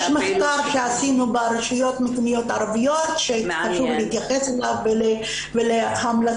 יש מחקר שעשינו ברשויות מקומיות ערביות שחשוב להתייחס אליו וההמלצות